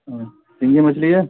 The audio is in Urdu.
ہاں سنگی مچھلی ہے